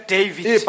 David